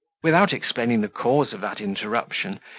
without explaining the cause of that interruption,